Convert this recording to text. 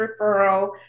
referral